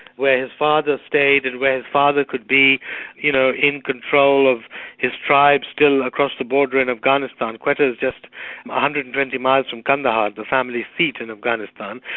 where his father stayed and where his father could be you know in control of his tribes still across the border in afghanistan quetta is just one ah hundred and twenty miles from kandahar, the family seat in afghanistan,